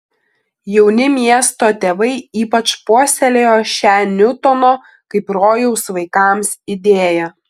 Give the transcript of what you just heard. jauni miesto tėvai ypač puoselėjo šią niutono kaip rojaus vaikams idėją